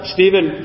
Stephen